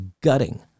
gutting